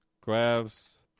grabs